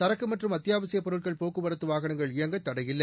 சரக்கு மற்றும் அத்தியாவசியப் பொருட்கள் போக்குவரத்து வாகனங்கள் இயங்க தடையில்லை